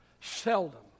Seldom